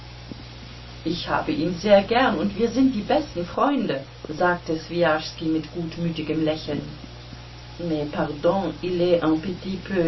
ich habe ihn sehr gern und wir sind die besten freunde sagte swijaschski mit gutmütigem lächeln